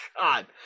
God